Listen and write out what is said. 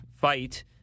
fight